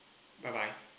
bye bye